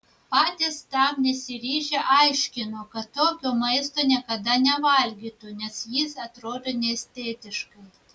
patys tam nesiryžę aiškino kad tokio maisto niekada nevalgytų nes jis atrodo neestetiškai